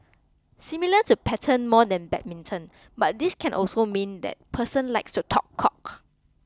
similar to pattern more than badminton but this can also mean that person likes to talk cock